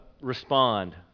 respond